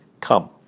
come